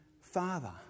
father